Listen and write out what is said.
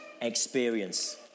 experience